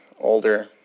older